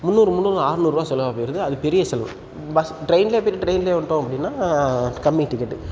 முந்நூறும் முந்நூறும் அறுநூறுவா செலவாக போயிடுது அது பெரிய செலவு பஸ் ட்ரெயினில் போய் ட்ரெயினில் வந்துட்டோம் அப்படின்னா கம்மி டிக்கெட்டு